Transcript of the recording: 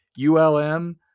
ULM –